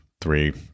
three